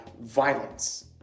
violence